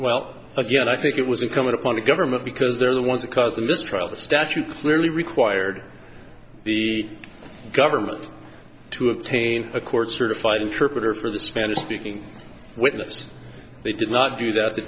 well again i think it was incumbent upon the government because they're the ones that cause a mistrial the statue clearly required the government to obtain a court certified interpreter for the spanish speaking witness they did not do that the